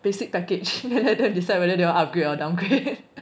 basic package let them decide whether they will upgrade or downgrade